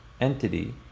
entity